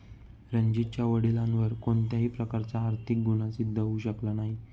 रणजीतच्या वडिलांवर कोणत्याही प्रकारचा आर्थिक गुन्हा सिद्ध होऊ शकला नाही